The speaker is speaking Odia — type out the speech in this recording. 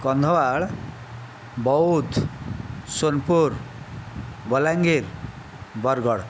କନ୍ଧମାଳ ବଉଦ ସୋନପୁର ବଲାଙ୍ଗୀର ବରଗଡ଼